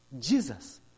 Jesus